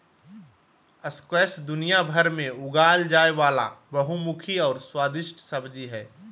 squash दुनियाभर में उगाल जाय वला बहुमुखी और स्वादिस्ट सब्जी हइ